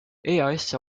eas